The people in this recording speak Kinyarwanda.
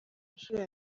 nshuro